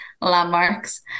landmarks